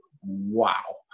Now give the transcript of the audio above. wow